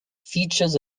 features